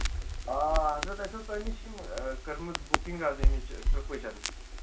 آ حضرت اَسہِ اوس تۄہہِ نِش یِم کٔرمٕژ بُکِنگ حظ ییٚمِچ ٹریپٔچن